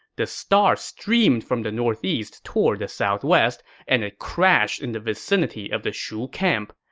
this star streamed from the northeast toward the southwest and ah crashed in the vicinity of the shu camp.